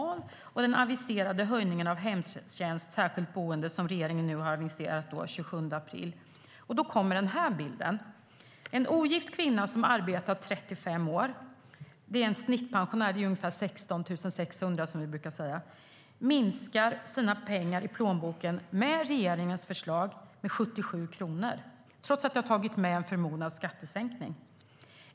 Sedan har jag lagt till regeringens aviserade höjning av avgifterna för hemtjänst och särskilt boende som kom den 27 april. Då träder den här bilden fram. En ogift kvinna som har arbetat i 35 år - en snittpensionär med ungefär 16 600, som vi brukar säga - får med regeringens förslag en minskning i plånboken med 77 kronor. Detta är trots att jag har tagit med en förmodad skattesänkning.